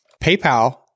PayPal